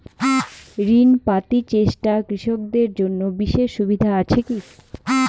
ঋণ পাতি চেষ্টা কৃষকদের জন্য বিশেষ সুবিধা আছি কি?